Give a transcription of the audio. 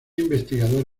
investigador